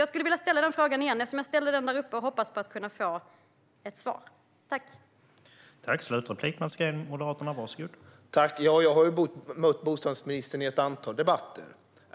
Jag vill alltså ställa frågan igen eftersom jag ställde den i talarstolen, och jag hoppas på att kunna få ett svar.